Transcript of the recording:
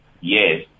Yes